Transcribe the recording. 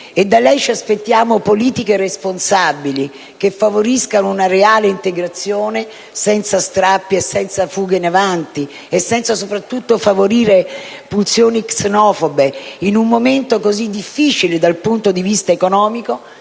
e da lei ci aspettiamo politiche responsabili, che favoriscano una reale integrazione, senza strappi e senza fughe in avanti; senza, soprattutto, favorire pulsioni xenofobe, in un momento così difficile dal punto di vista economico,